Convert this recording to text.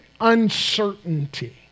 uncertainty